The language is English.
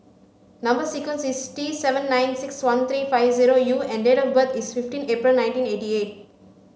number sequence is T seven nine six one three five zero U and date of birth is fifteen April nineteen eighty eight